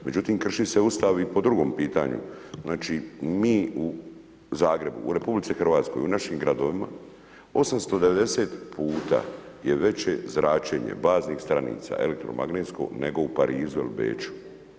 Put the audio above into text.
Međutim krši se Ustav i po drugom pitanju, znači mi u Zagrebu, u RH, u našim gradovima 890 puta je veće zračenje baznih stanica elektromagnetsko nego u Parizu ili Beču.